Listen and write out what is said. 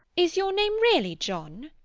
is your name really john?